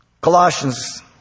Colossians